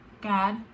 God